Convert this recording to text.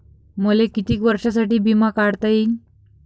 मले कितीक वर्षासाठी बिमा काढता येईन?